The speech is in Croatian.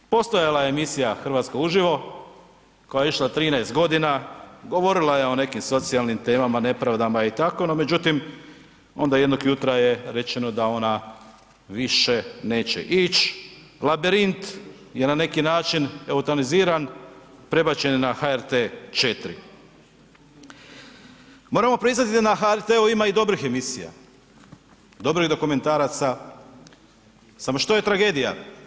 Postojala je emisija „Hrvatska uživo“ koja je išla 13 g., govorila je o nekim socijalnim temama, nepravdama i tako, no međutim onda jednog jutro je rečeno da ona više neće ić, „Labirint“ je na neki način eutanaziran, prebačen je na HRT 4. Moramo priznati da na HRT-u ima i dobrih emisija, dobrih dokumentaraca, samo što je tragedija?